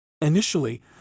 Initially